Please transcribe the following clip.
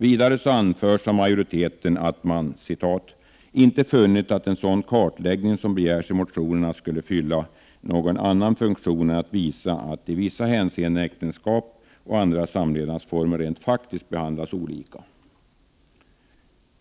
Vidare anförs av majoriteten att man ”inte funnit att en sådan kartläggning som begärts i motionerna skulle kunna fylla någon annan funktion än att visa att i vissa särskilda hänseenden äktenskap och andra samlevnadsformer rent faktiskt behandlas olika”.